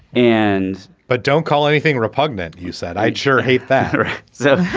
and but don't call anything repugnant you said i sure hate that so